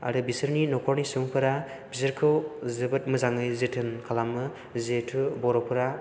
आरो बिसोरनि न'खरनि सुबुंफोरा बिसोरखौ जोबोद मोजाङै जोथोन खालामो जिहेतु बर'फोरा